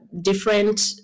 different